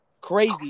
crazy